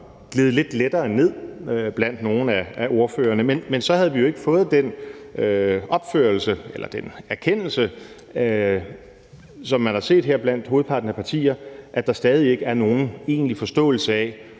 gledet lidt lettere ned blandt nogle af ordførerne, men så havde vi jo ikke fået den opførelse eller den erkendelse, som man har set her blandt hovedparten af partierne, at der stadig ikke er nogen egentlig forståelse af,